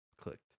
clicked